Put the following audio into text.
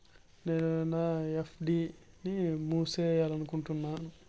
నేను నా ఎఫ్.డి ని మూసేయాలనుకుంటున్నాను